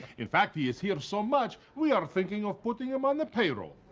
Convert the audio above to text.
in fact, he is hear so much, we are thinking of putting him on the payroll.